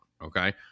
okay